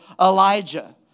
Elijah